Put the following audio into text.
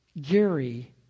Gary